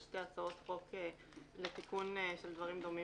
יש שתי הצעות חוק בוועדה לתיקון של דברים דומים,